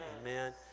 Amen